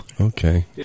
Okay